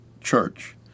church